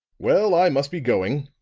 well, i must be going.